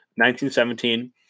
1917